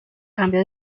cambio